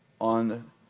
on